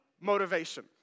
motivation